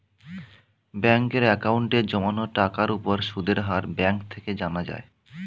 ব্যাঙ্কের অ্যাকাউন্টে জমানো টাকার উপর সুদের হার ব্যাঙ্ক থেকে জানা যায়